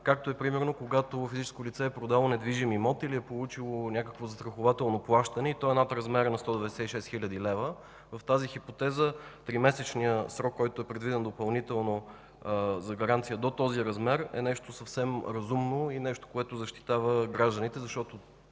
както е, примерно, когато физическо лице е продало недвижим имот или е получило някакво застрахователно плащане и то е над размера на 196 хил. лв. В тази хипотеза тримесечния срок, който е предвиден допълнително за гаранция до този размер е нещо съвсем разумно, и нещо, което защитава гражданите, защото,